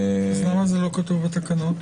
למה זה לא כתוב בתקנות?